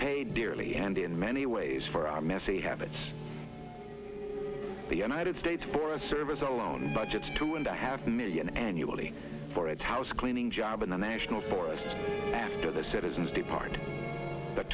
pay dearly and in many ways for our messy habits the united states forest service alone budgets two and a half million annually for its house cleaning job in the national forests after the citizens depart